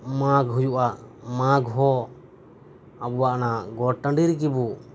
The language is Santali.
ᱢᱟᱜᱽ ᱦᱩᱭᱩᱜᱼᱟ ᱢᱟᱜᱽ ᱦᱚ ᱟᱵᱚᱣᱟᱜ ᱚᱱᱟ ᱜᱚᱴ ᱴᱟᱺᱰᱤ ᱨᱮᱜᱮ ᱵᱚ